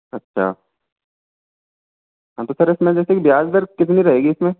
अच्छा हाँ तो सर इसमें जैसे कि ब्याज दर कितनी रहेंगी इसमें